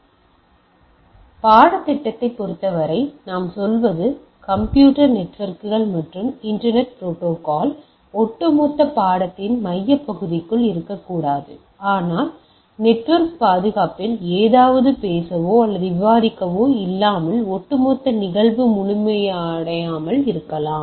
எனவே பாடத்திட்டத்தைப் பொறுத்தவரை நாம் சொல்வது இது கம்ப்யூட்டர் நெட்வொர்க்குகள் மற்றும் இன்டர்நெட் புரோட்டோகால் ஒட்டுமொத்த பாடத்திட்டத்தின் மையப்பகுதிக்குள் இருக்கக்கூடாது ஆனால் நெட்வொர்க் பாதுகாப்பில் ஏதாவது பேசவோ அல்லது விவாதிக்கவோ இல்லாமல் ஒட்டுமொத்த நிகழ்வு முழுமையடையாமல் இருக்கலாம்